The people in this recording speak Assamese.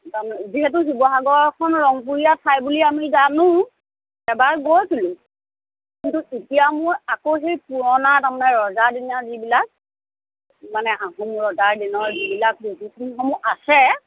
যিহেতু শিৱসাগৰখন ৰংপুৰীয়া ঠাই বুলি আমি জানো এবাৰ গৈছিলোঁ কিন্তু এতিয়া মোৰ আকৌ সেই পুৰণা তাৰমানে ৰজাদিনৰ যিবিলাক মানে আহোম ৰজা দিনৰ যিবিলাক প্ৰযুক্তি মানে আছে